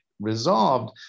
resolved